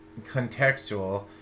contextual